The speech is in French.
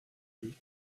lui